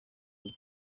rugo